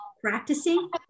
practicing